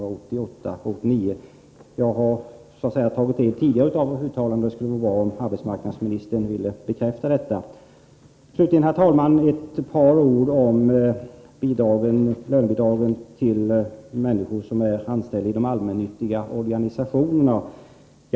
Jag har tagit del av de tidigare uttalanden som gjorts, och det vore bra om arbetsmarknadsministern ville bekräfta dem. Slutligen, herr talman, några ord om lönebidragen till människor som är anställda i de allmännyttiga organisationerna.